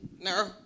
No